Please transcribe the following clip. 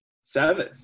Seven